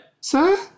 sir